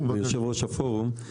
ויושב-ראש הפורום.